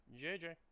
JJ